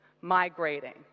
migrating